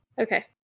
Okay